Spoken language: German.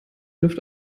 luft